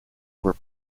were